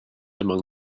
among